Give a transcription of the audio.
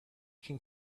can